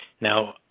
now